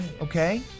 Okay